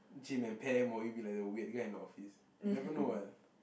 Jim and Pam will you be like the weird guy in the office you never know what